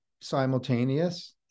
simultaneous